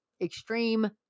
Extreme